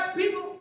people